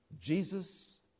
Jesus